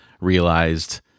realized